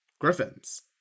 Griffins